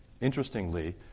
Interestingly